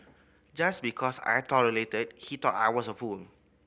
just because I tolerated he thought I was a fool